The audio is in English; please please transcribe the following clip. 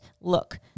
look